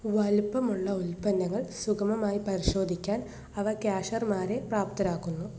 വലിപ്പമുള്ള ഉൽപ്പന്നങ്ങൾ സുഗമമായി പരിശോധിക്കാൻ അവ കാഷ്യർമാരെ പ്രാപ്തരാക്കുന്നു